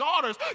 daughters